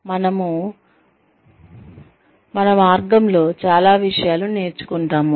మనము మన మార్గం లో చాలా విషయాలు నేర్చుకుంటాము